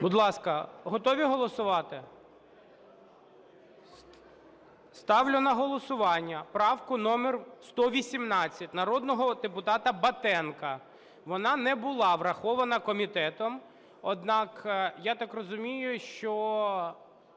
Будь ласка, готові голосувати? Ставлю на голосування правку номер 118 народного депутата Батенка. Вона не була врахована комітетом, однак я так розумію, що